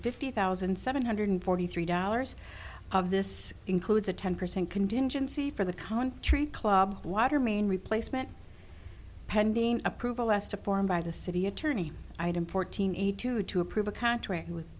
fifty thousand seven hundred forty three dollars of this includes a ten percent contingency for the country club water main replacement pending approval as to form by the city attorney item fourteen eighty two to approve a contract with